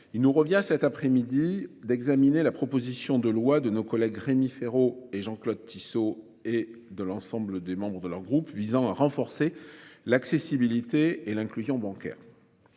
Il nous revient cet après-midi d'examiner la proposition de loi de nos collègues Rémi Féraud et Jean-Claude Tissot et de l'ensemble des membres de leur groupe visant à renforcer l'accessibilité et l'inclusion bancaire.